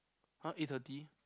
!huh! eight thirty